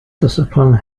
discipline